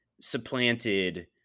supplanted